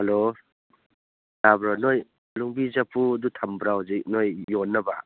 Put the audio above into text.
hello ꯇꯥꯕ꯭ꯔꯣ ꯅꯣꯏ ꯅꯨꯡꯕꯤ ꯆꯐꯨꯗꯨ ꯊꯝꯕ꯭ꯔꯣ ꯍꯧꯖꯤꯛ ꯅꯣꯏ ꯌꯣꯟꯅꯕ